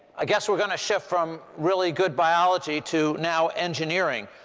i guess we're going to shift from really good biology to now engineering.